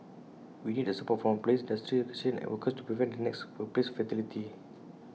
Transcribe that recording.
we need the support from employers industry associations and workers to prevent the next workplace fatality